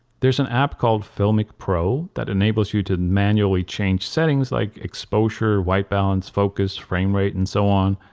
there's an app called filmic pro that enables you to manually change settings like exposure, white balance, focus, frame rate and so on.